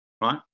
right